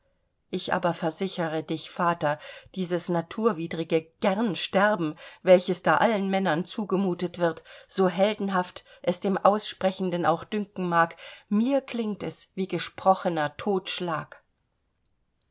ich aber versichere dich vater dieses naturwidrige gern sterben welches da allen männern zugemutet wird so heldenhaft es dem aussprechenden auch dünken mag mir klingt es wie gesprochener totschlag